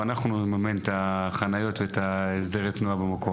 ואנחנו נממן את החניות ואת הסדרי התנועה במקום.